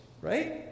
right